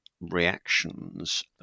reactions